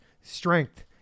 strength